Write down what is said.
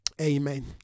Amen